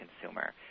consumer